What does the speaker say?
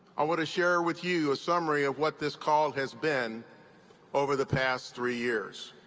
i want to share with you a summary of what this call has been over the past three years.